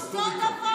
כל הזמן אותו דבר.